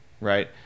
right